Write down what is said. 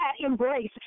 embrace